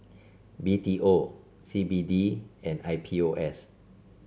B T O C B D and I P O S